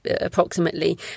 approximately